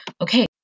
Okay